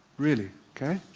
really? okay.